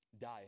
Die